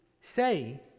say